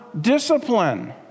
discipline